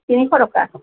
তিনিশ টকা